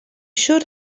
should